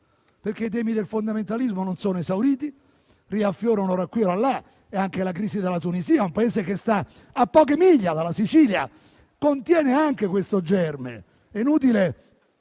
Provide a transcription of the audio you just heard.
I temi del fondamentalismo non sono infatti esauriti: riaffiorano, ora qui, ora là, e anche la crisi della Tunisia, un Paese che sta a poche miglia dalla Sicilia, contiene questo germe. È inutile